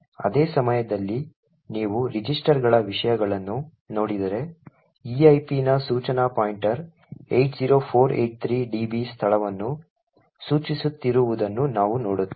ಅದೇ ಸಮಯದಲ್ಲಿ ನೀವು ರಿಜಿಸ್ಟರ್ಗಳ ವಿಷಯಗಳನ್ನು ನೋಡಿದರೆ eip ನ ಸೂಚನಾ ಪಾಯಿಂಟರ್ 80483db ಸ್ಥಳವನ್ನು ಸೂಚಿಸುತ್ತಿರುವುದನ್ನು ನಾವು ನೋಡುತ್ತೇವೆ